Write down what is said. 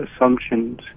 assumptions